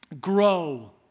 grow